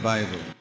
Bible